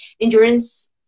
endurance